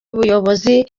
ubuyobozi